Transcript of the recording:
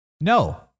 No